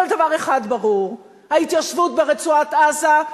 אבל דבר אחד ברור: ההתיישבות ברצועת-עזה,